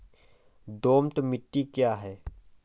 दोमट मिट्टी क्या है?